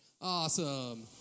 Awesome